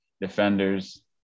defenders